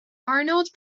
arnold